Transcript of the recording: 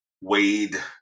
Wade